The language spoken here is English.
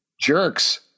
jerks